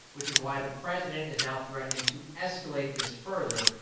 which is why the president is now threatening to escalate this further,